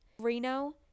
Reno